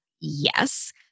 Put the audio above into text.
Yes